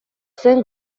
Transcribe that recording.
zen